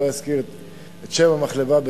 אני לא אזכיר את שם המחלבה,